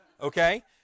Okay